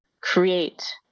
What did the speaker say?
create